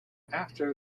after